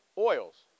oils